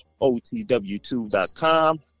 otw2.com